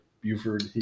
Buford